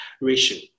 ratio